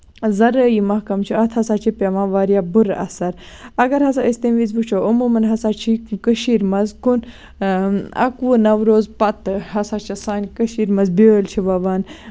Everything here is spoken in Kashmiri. زَرٲعی محکَم چھُ اَتھ ہسا چھُ پیوان واریاہ بُرٕ اَثر اَگر ہسا أسۍ تَمہِ وِزِ وٕچھو عموٗماً ہسا چھِ کٔشیٖر منٛز کُن اَکہٕ وُہ نَوروز پَتہٕ ہسا چھِ سانہِ کٔشیٖر منٛز بیٲلۍ چھِ وَوان